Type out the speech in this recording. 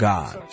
God